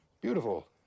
beautiful